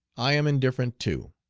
i am indifferent too.